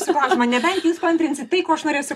jūsų klausimą nebent jūs paantrinsit tai ko aš norėsiu